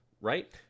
right